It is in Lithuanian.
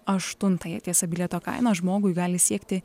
aštuntąją tiesa bilieto kaina žmogui gali siekti